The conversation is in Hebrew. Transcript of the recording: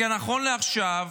נכון לעכשיו,